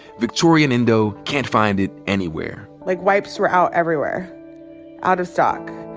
victoria and endo can't find it anywhere. like, wipes were out everywhere out of stock.